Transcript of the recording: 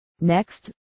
Next